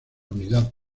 unidad